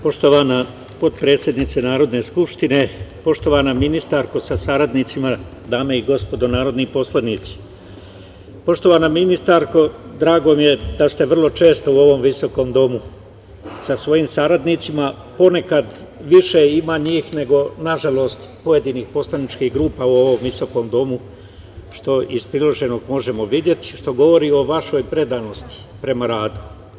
Poštovana potpredsednice Narodne skupštine, poštovana ministarko sa saradnicima, dame i gospodo narodni poslanici, poštovana ministarko, drago mi je da ste vrlo često u ovom visokom domu sa svojim saradnicima, ponekad više ima njih nego, nažalost, pojedinih poslaničkih grupa u ovom visokom domu, što iz priloženog možemo videti, što govori o vašoj predanosti prema radu.